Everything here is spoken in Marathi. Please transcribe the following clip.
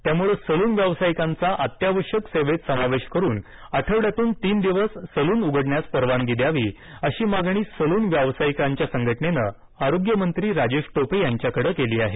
त्यामुळे सलून व्यावसायिकांचा अत्यावश्यक सेवेत समावेश करून आठवड्यातून तीन दिवस सलून उघडण्यास परवानगी द्यावी अशी मागणी सलून व्यावसायिकांच्या संघटनेने आरोग्यमंत्री राजेश टोपे यांच्याकडे केली आहे